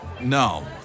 No